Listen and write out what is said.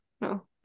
no